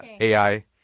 AI